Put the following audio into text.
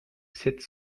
sept